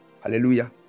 hallelujah